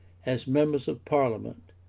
as members of parliament,